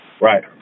right